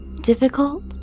Difficult